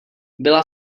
byla